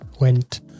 went